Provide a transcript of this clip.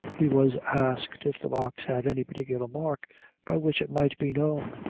he was asked if the box had any particular mark by which it might be known?